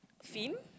fin